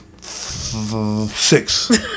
six